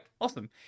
awesome